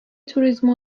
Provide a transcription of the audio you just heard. turizme